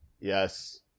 Yes